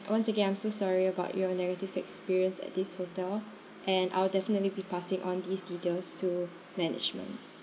once again I'm so sorry about your negative experience at this hotel and I'll definitely be passing on these details to management